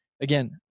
Again